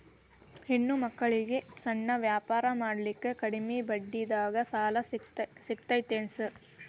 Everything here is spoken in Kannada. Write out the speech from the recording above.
ಹೆಣ್ಣ ಮಕ್ಕಳಿಗೆ ಸಣ್ಣ ವ್ಯಾಪಾರ ಮಾಡ್ಲಿಕ್ಕೆ ಕಡಿಮಿ ಬಡ್ಡಿದಾಗ ಸಾಲ ಸಿಗತೈತೇನ್ರಿ?